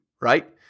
Right